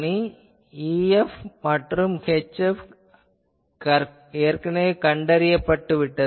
எனவே EF மற்றும் HF கண்டறியப்பட்டுவிட்டது